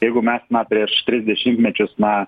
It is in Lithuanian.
jeigu mes na prieš tris dešimtmečius na